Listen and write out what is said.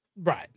Right